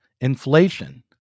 inflation